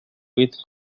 with